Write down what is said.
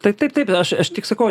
taip taip taip bet aš tik sakau